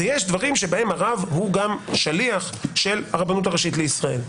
ויש דברים שבהם הרב הוא גם שליח של הרבנות הראשית לישראל.